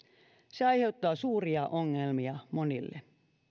se aiheuttaa suuria ongelmia monille